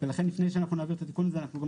ולכן לפני שאנחנו נעביר את התיקון הזה אנחנו גם